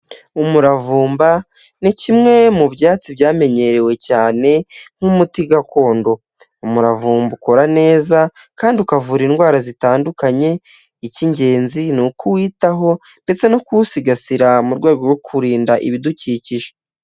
Umuravumba ni kimwe mu byatsi byamenyerewe cyane nk'umuti gakondo, umuravumba ukora neza kandi ukavura indwara zitandukanye, icy'ingenzi ni ukuwitaho ndetse no kuwusigasira mu rwego rwo kurinda ibidukikije.